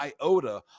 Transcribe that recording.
iota